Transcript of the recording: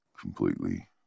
completely